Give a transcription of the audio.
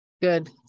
good